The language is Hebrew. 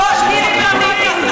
עוד דילים פוליטיים,